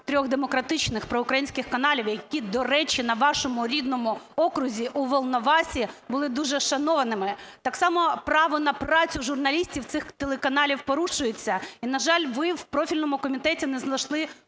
трьох демократичних проукраїнських каналів, які, до речі, на вашому рідному окрузі у Волновасі були дуже шанованими. Так само право на працю журналістів цих телеканалів порушується. І, на жаль, ви в профільному комітеті не знайшли